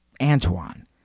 Antoine